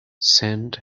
sent